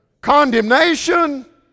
condemnation